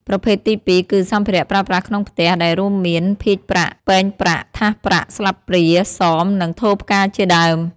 ប្រភេទទីពីរគឺ សម្ភារៈប្រើប្រាស់ក្នុងផ្ទះ ដែលរួមមាន ភាជន៍ប្រាក់ ពែងប្រាក់ ថាសប្រាក់ ស្លាបព្រា សម និងថូផ្កាជាដើម។